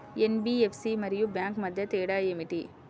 NBFC మరియు bank మధ్య తేడా ఏమిటీ?